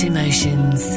Emotions